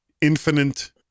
infinite